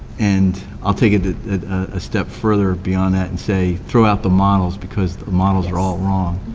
and i'll take it it a step further beyond that and say, throw out the models, because the models are all wrong,